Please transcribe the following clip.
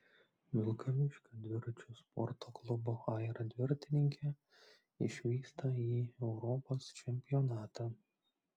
vilkaviškio dviračių sporto klubo aira dviratininkė išvyksta į europos čempionatą